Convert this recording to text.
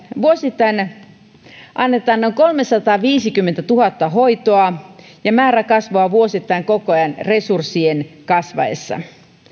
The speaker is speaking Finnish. vuosittain annetaan noin kolmesataaviisikymmentätuhatta hoitoa ja määrä kasvaa vuosittain koko ajan resurssien kasvaessa